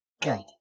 Good